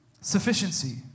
Sufficiency